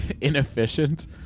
Inefficient